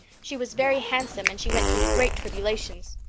she was very handsome and she went through great tribulations.